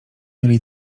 mieli